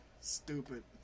stupid